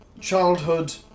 Childhood